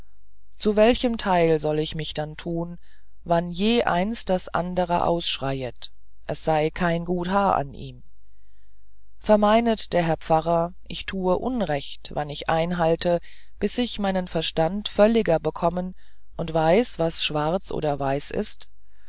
zu welchem teil soll ich mich dann tun wann je eins das ander ausschreiet es sei kein gut haar an ihm vermeinet der herr pfarrer ich tue unrecht wann ich einhalte bis ich meinen verstand völliger bekomme und weiß was schwarz oder weiß ist